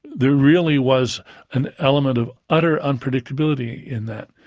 there really was an element of utter unpredictability in that.